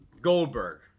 Goldberg